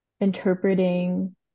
interpreting